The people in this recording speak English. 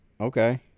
Okay